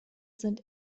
sind